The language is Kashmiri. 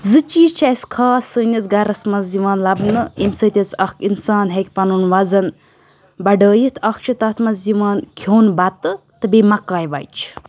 زٕ چیٖز چھِ اَسہِ خاص سٲنِس گَرَس منٛز یِوان لَبنہٕ ییٚمہِ سۭتۍ حظ اَکھ اِنسان ہیٚکہِ پَنُن وَزَن بَڑٲیِتھ اَکھ چھِ تَتھ منٛز یِوان کھیٚون بَتہٕ تہٕ بیٚیہِ مَکاے وَچہِ